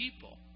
people